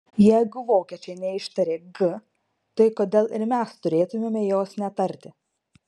jeigu vokiečiai neištarė g tai kodėl ir mes turėtumėme jos netarti